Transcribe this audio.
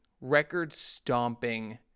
record-stomping